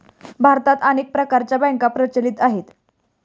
भारतात अनेक प्रकारच्या बँका प्रचलित आहेत